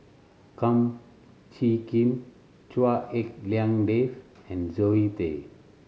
Kum Chee Kin Chua Hak Lien Dave and Zoe Tay